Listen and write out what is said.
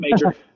Major